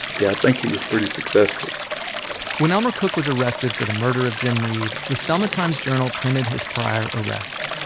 yeah, i think he was pretty successful when elmer cook was arrested for the murder of jim reeb, the selma times-journal printed his prior arrests.